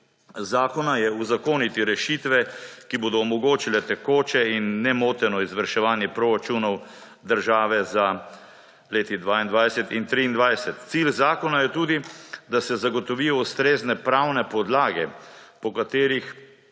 zakona je uzakoniti rešitve, ki bodo omogočile tekoče in nemoteno izvrševanje proračunov države za leti 2022 in 2023. Cilj zakona je tudi, da se zagotovijo ustrezne pravne podlage, po katerih